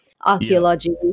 archaeology